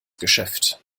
geschäft